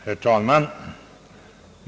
Herr talman!